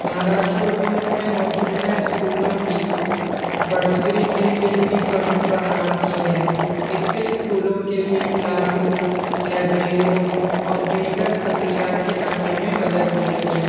مہاراشٹر حکومت نے موجودہ اسکولوں کی بڑھوتری کے لیے بھی فنڈس فراہم کئے ہیں اس سے اسکولوں کے لیے کلاس رومس لائبریریوں اور دیگر سہولیات کی تعمیر میں مدد ملے گی